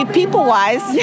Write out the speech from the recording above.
people-wise